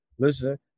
Listen